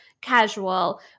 casual